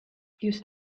just